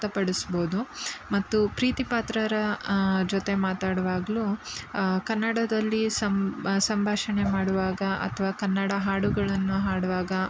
ವ್ಯಕ್ತ ಪಡಿಸ್ಬೋದು ಮತ್ತು ಪ್ರೀತಿ ಪಾತ್ರರ ಜೊತೆ ಮಾತಾಡುವಾಗ್ಲೂ ಕನ್ನಡದಲ್ಲಿ ಸಂಭಾಷಣೆ ಮಾಡುವಾಗ ಅಥ್ವಾ ಕನ್ನಡ ಹಾಡುಗಳನ್ನು ಹಾಡುವಾಗ